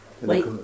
Wait